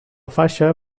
faixa